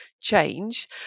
change